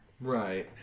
Right